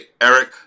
Eric